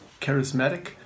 charismatic